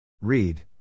Read